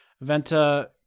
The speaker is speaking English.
Venta